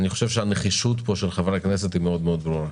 הנחישות של חברי הכנסת ברורה מאוד.